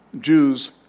Jews